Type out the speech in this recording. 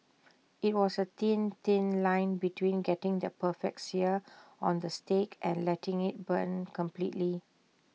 IT was A thin thin line between getting the perfect sear on the steak and letting IT burn completely